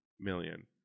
million